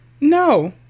No